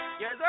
Yes